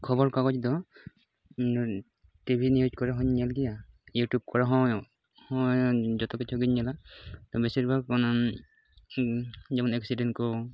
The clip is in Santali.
ᱠᱷᱚᱵᱚᱨ ᱠᱟᱜᱚᱡᱽ ᱫᱚ ᱴᱤ ᱵᱷᱤ ᱱᱤᱭᱩᱡᱽ ᱠᱚᱨᱮ ᱦᱩᱧ ᱧᱮᱞ ᱜᱮᱭᱟ ᱤᱭᱩᱴᱤᱭᱩᱵ ᱠᱚᱨᱮ ᱦᱚᱸ ᱦᱚᱸ ᱡᱚᱛᱚ ᱠᱤᱪᱷᱩᱜᱤᱧ ᱧᱮᱞᱟ ᱛᱚ ᱵᱮᱥᱤᱨᱵᱷᱟᱜᱽ ᱚᱱᱟ ᱡᱮᱢᱚᱱ ᱮᱠᱥᱤᱰᱮᱱᱴ ᱠᱚ